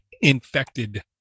infected